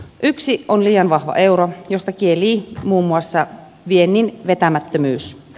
yksi on liian vahva euro josta kielii muun muassa viennin vetämättömyys